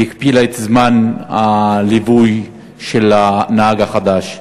והכפילה את זמן הליווי של הנהג החדש.